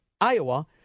Iowa